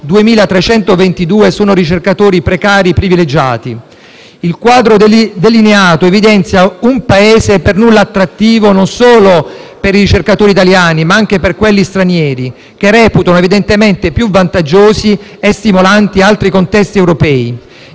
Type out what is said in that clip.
2.322 sono ricercatori precari privilegiati. Il quadro delineato evidenzia un Paese per nulla attrattivo non solo per i ricercatori italiani, ma anche per quelli stranieri, che reputano evidentemente più vantaggiosi e stimolanti altri contesti europei.